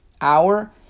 hour